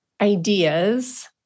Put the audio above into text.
ideas